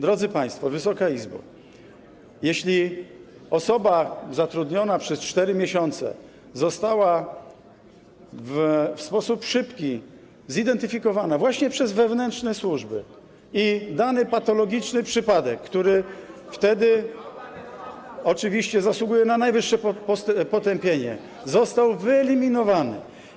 Drodzy państwo, Wysoka Izbo, osoba zatrudniana przez 4 miesiące została w szybki sposób zidentyfikowana właśnie przez wewnętrzne służby i dany patologiczny przypadek, który oczywiście zasługuje na najwyższe potępienie, został wyeliminowany.